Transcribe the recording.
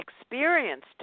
experienced